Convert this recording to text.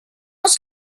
was